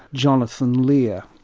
jonathan lear,